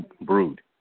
brood